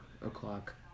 o'clock